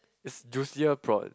is juicier prawn